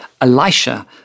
Elisha